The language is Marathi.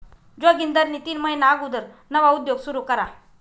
जोगिंदरनी तीन महिना अगुदर नवा उद्योग सुरू करा